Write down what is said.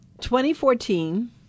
2014